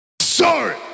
sorry